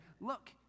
look